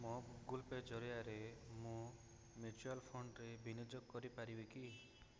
ମୋ Google Pay ଜରିଆରେ ମୁଁ ମ୍ୟୁଚୁଆଲ୍ ଫଣ୍ଡରେ ବିନିଯୋଗ କରିପାରିବି କି